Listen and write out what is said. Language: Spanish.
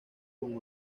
con